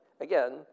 again